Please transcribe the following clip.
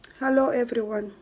hello everyone,